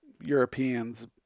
Europeans